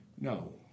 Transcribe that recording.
No